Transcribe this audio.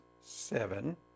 seven